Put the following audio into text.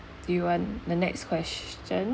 do you want the next question